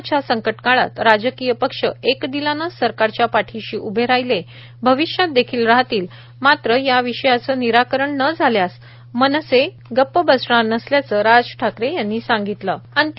कोरोनाच्या संकटकाळात राजकीय पक्ष एक दिलानं सरकारच्या पाठीशी उभे राहिले भविष्यात देखील राहतील मात्र या विषयाचं निराकरण नं झाल्यास मनसे गप्प बसणार नसल्याचा इशारा राज ठाकरे यांनी आपल्या पत्रात दिला आहे